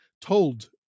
told